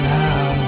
now